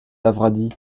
lavradi